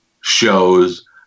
shows